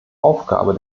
aufgabe